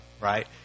right